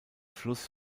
fluss